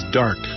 dark